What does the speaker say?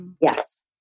Yes